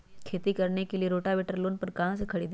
खेती करने के लिए रोटावेटर लोन पर कहाँ से खरीदे?